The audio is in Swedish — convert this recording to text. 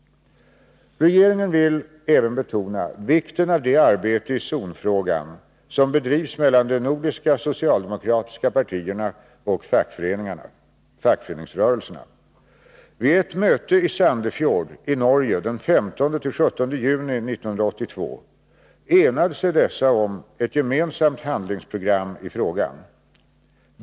Regeringen vill även betona vikten av det arbete i zonfrågan som bedrivs mellan de nordiska socialdemokratiska partierna och fackföreningsrörelserna. Vid ett möte i Sandefjord i Norge den 15-17 juni 1982 enade sig dessa om ett gemensamt handlingsprogram i frågan.